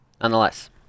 nonetheless